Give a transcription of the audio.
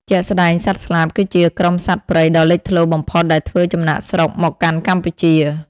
ជាក់ស្ដែង សត្វស្លាប គឺជាក្រុមសត្វព្រៃដ៏លេចធ្លោបំផុតដែលធ្វើចំណាកស្រុកមកកាន់កម្ពុជា។